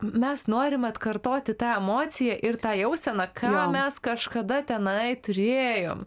mes norime atkartoti tą emociją ir tą jauseną ką mes kažkada tenai turėjom